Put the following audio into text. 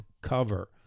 cover